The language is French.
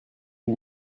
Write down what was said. une